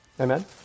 Amen